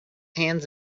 hands